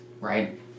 right